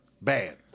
bad